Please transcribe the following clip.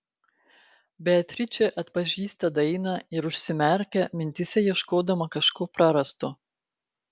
beatričė atpažįsta dainą ir užsimerkia mintyse ieškodama kažko prarasto